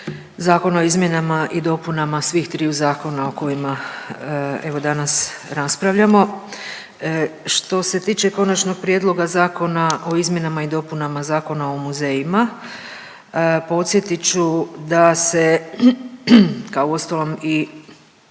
zakona o izmjenama i dopunama svih triju zakona o kojima evo danas raspravljamo. Što se tiče Konačnog prijedloga zakona o izmjenama i dopunama Zakona o muzejima, podsjetit ću da se kao uostalom i